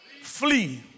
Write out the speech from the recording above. flee